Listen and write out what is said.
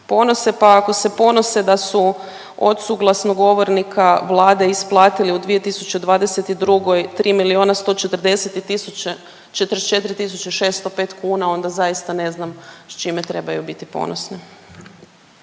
pa ako se ponose da su ocu glasnogovornika Vlade isplatiti u 2022. 3 miliona 144 tisuće 605 kuna onda zaista ne znam s čime trebaju biti ponosni.